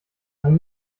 man